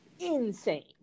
Insane